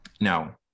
now